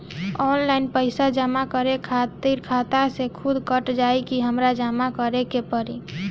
Online पैसा जमा करे खातिर खाता से खुदे कट जाई कि हमरा जमा करें के पड़ी?